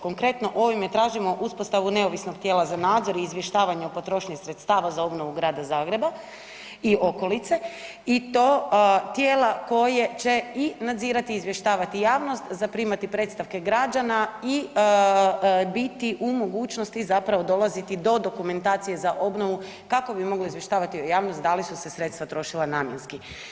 Konkretno, ovime tražimo uspostavu neovisnog tijela za nadzor i izvještavanje o potrošnji sredstava za obnovu grada Zagreba i okolice i to tijela koje će i nadzirati i izvještavati javnost, zaprimati predstavke građana i biti u mogućnosti zapravo dolaziti do dokumentacije za obnovu kako bi moglo izvještavati javnost da li su se sredstva trošila namjenski.